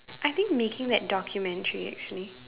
I think making that documentary actually